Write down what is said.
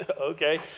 okay